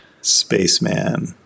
Spaceman